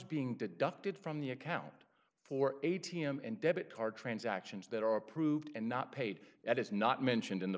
being deducted from the account for a t m and debit card transactions that are approved and not paid that is not mentioned in the